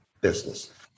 business